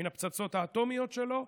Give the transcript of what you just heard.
מן הפצצות האטומיות שלו.